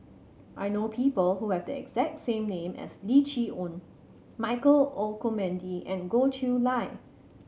I know people who have the exact same name as Lim Chee Onn Michael Olcomendy and Goh Chiew Lye